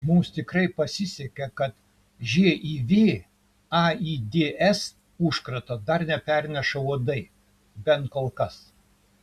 mums tikrai pasisekė kad živ aids užkrato dar neperneša uodai bent kol kas